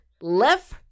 left